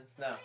No